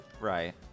right